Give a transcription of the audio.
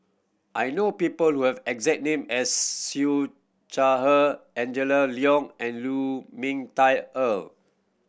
I know people who have the exact name as Siew Shaw Her Angela Liong and Lu Ming Teh Earl